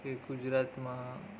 કે ગુજરાતમાં